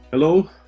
Hello